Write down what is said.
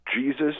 Jesus